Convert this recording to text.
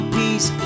peace